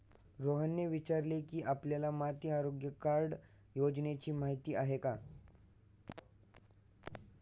रोहनने विचारले की, आपल्याला माती आरोग्य कार्ड योजनेची माहिती आहे का?